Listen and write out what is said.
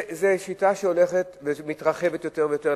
זה שיטה שהולכת ומתרחבת יותר ויותר.